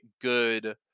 good